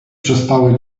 przestały